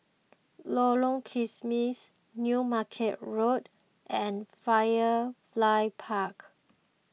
Lorong Kismis New Market Road and Firefly Park